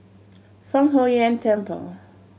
Fang Huo Yuan Temple